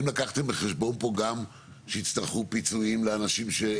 האם לקחתם בחשבון פה גם שיצטרכו פיצויים לאנשים?